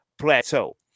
plateau